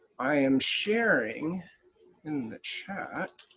i am sharing in the chat.